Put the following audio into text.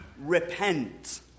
repent